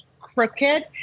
crooked